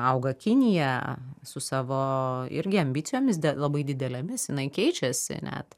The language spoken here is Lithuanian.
auga kinija su savo irgi ambicijomis dė labai didelėmis jinai keičiasi net